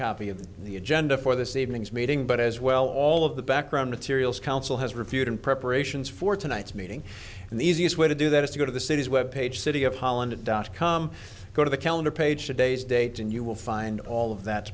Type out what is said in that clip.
copy of the agenda for this evening's meeting but as well all of the background material council has reviewed in preparations for tonight's meeting and the easiest way to do that is to go to the city's web page city of holland dot com go to the calendar page today's date and you will find all of that